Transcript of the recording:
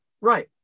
Right